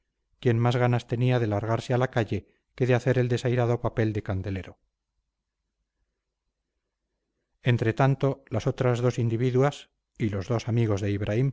quien más ganas tenía de largarse a la calle que de hacer el desairado papel de candelero entre tanto las otras dos individuas y los dos amigos de ibraim